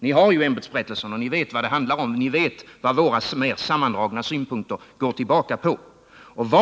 Ni har ju ämbetsberättelsen och ni vet vad det handlar om — ni vet vad våra mer sammandragna synpunkter går tillbaka på.